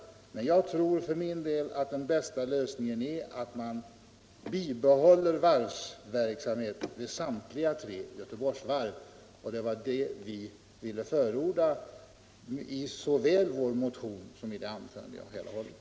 Men jag tror att den bästa lösningen är att bibehålla varvsverksamheten vid samtliga tre Göteborgsvarv. Det var detta vi ville förorda såväl i vår motion som i det anförande jag här har hållit.